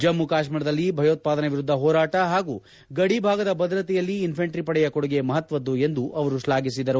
ಜಮ್ಮು ಕಾಶ್ಮೀರದಲ್ಲಿ ಭಯೋತ್ಪಾದನೆ ವಿರುದ್ಧ ಹೋರಾಟ ಹಾಗೂ ಗಡಿ ಭಾಗದ ಭದ್ರತೆಯಲ್ಲಿ ಇನ್ಫ್ಯಾಂಟ್ರಿ ಪಡೆಯ ಕೊಡುಗೆ ಮಹತ್ವದ್ದು ಎಂದು ಅವರು ಶ್ಲಾಘಿಸಿದರು